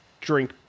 drink